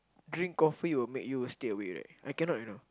drink coffee will make you stay awake right I cannot you know